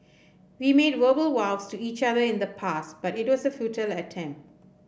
we made verbal vows to each other in the past but it was a futile attempt